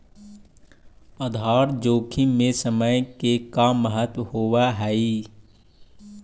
आधार जोखिम में समय के का महत्व होवऽ हई?